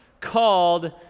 called